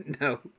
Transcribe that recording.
no